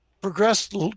progressed